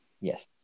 Yes